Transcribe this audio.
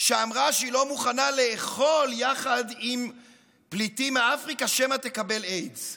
שאמרה שהיא לא מוכנה לאכול יחד עם פליטים מאפריקה שמא תקבל איידס?